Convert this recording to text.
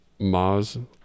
Maz